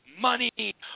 money